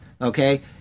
okay